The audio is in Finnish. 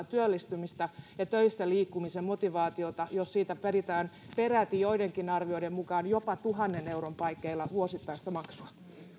työllistymistä ja töissä liikkumisen motivaatiota jos siitä peritään joidenkin arvioiden mukaan jopa tuhannen euron paikkeilla olevaa vuosittaista maksua